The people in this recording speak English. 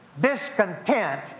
Discontent